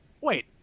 Wait